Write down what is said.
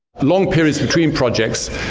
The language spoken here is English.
long periods between projects